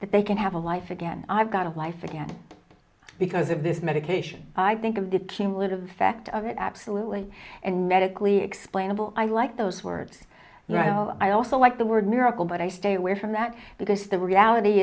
they can have a life again i've got a life again because of this medication i think of the cumulative effect of it absolutely and medically explainable i like those words i also like the word miracle but i stay away from that because the reality